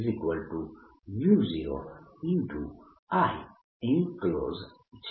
dl0Ienclosed છે